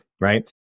right